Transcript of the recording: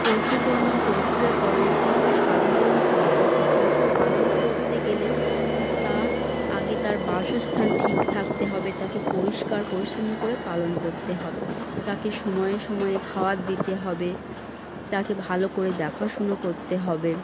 পশুপণ্য প্রক্রিয়াকরণে কিছু সাধারণ পদ্ধতি পশুপালন করতে গেলে তা আগে তার বাসস্থান ঠিক থাকতে হবে তাকে পরিষ্কার পরিচ্ছন্ন করে পালন করতে হবে তাকে সময়ে সময়ে খাওয়ার দিতে হবে তাকে ভালো করে দেখাশুনো করতে হবে